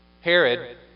Herod